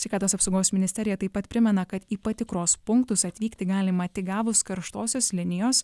sveikatos apsaugos ministerija taip pat primena kad į patikros punktus atvykti galima tik gavus karštosios linijos